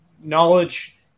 knowledge